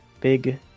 Big